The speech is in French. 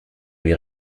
lui